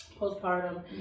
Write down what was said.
postpartum